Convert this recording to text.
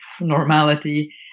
normality